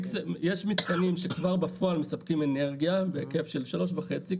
יש מתקנים שכבר בפועל מספקים אנרגיה בהיקף של שלוש וחצי,